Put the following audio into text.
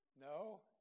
No